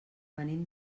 venim